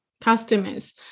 customers